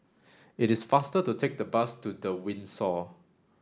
it is faster to take the bus to The Windsor